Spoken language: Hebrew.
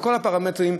בכל הפרמטרים,